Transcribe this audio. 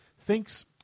thinks